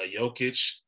Jokic